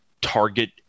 target